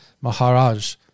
Maharaj